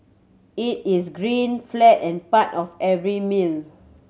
it is green flat and part of every meal